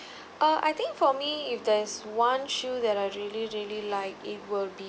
err I think for me if there's one shoe that I really really like it will be